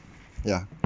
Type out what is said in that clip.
ya